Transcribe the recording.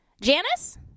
Janice